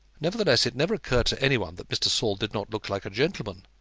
nevertheless, it never occurred to any one that mr. saul did not look like a gentleman,